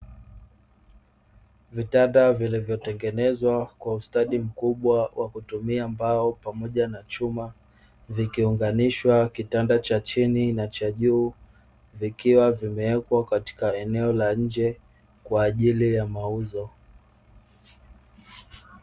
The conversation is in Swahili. Vitanda vilivyotengenezwa kwa ustadi mkubwa wa kutumia mbao pamoja na chuma, vikiunganishwa kitanda cha chini na cha juu vikiwa vimewekwa katika eneo la nje kwa ajili ya mauzo.